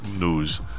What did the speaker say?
news